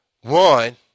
One